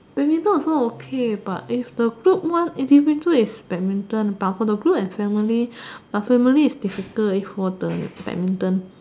badminton also okay but is the group one individual is badminton but for the group and family but family is difficult if for the badminton